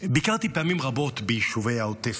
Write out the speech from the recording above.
ביקרתי פעמים רבות ביישובי העוטף.